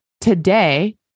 today